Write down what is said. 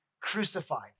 crucified